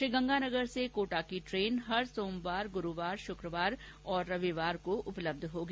श्रीगंगानगर से कोटा की ट्रेन हर सोमवार ग्रूर्वार शुक्रवार और रविवार को उपलब्ध होगी